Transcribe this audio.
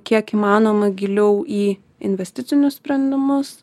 kiek įmanoma giliau į investicinius sprendimus